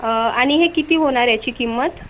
अं आणि हे किती होणार ह्याची किंमत